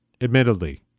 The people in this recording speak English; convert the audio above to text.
admittedly